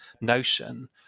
notion